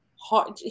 hard